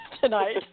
tonight